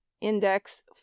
index